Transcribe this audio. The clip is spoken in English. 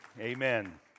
Amen